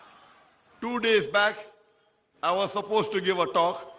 two days back i was supposed to give a talk